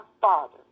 Father